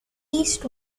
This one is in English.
least